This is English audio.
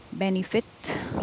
benefit